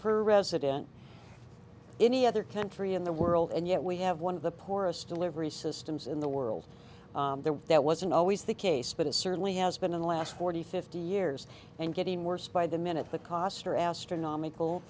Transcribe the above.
per resident any other country in the world and yet we have one of the poorest delivery systems in the world that wasn't always the case but it certainly has been in the last forty fifty years and getting worse by the minute the costs are astronomical